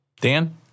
Dan